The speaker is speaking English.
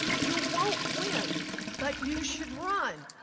you won't win but you should run.